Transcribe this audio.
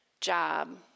job